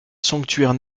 sanctuaire